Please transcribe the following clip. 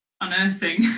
unearthing